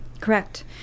Correct